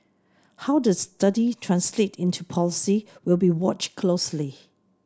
how the study translates into policy will be watched closely